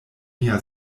mia